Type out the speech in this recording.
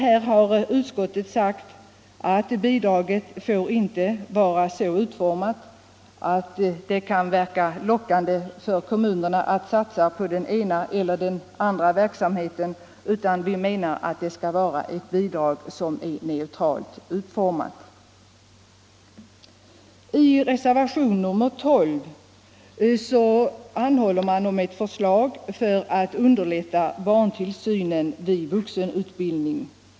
Här har utskottet anfört att bidraget inte får vara utformat så, att det kan verka lockande för kommunerna att satsa på den ena eller den andra verksamheten, utan att det skall vara ett bidrag som är neutralt utformat. I reservationen 12 anhåller man om ett förslag för att underlätta barntillsynen vid vuxenutbildning.